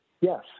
yes